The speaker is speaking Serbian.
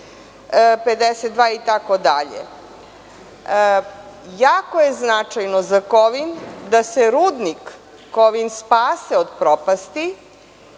52, itd. Jako je značajno za Kovin da se Rudnik Kovin spase od propasti